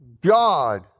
God